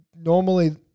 normally